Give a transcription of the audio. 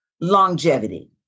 longevity